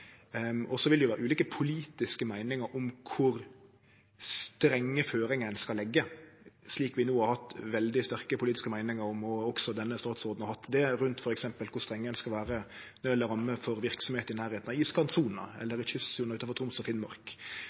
Så vil det vere ulike politiske meiningar om kor strenge føringar ein skal leggje, slik vi no har hatt veldig sterke politiske meiningar om – og også denne statsråden har hatt det – rundt f.eks. rammer for verksemd i nærleiken av iskantsona, eller ved kystsona utanfor Troms og Finnmark.